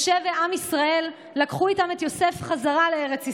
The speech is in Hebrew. משה ועם ישראל לקחו איתם את יוסף בחזרה לארץ ישראל,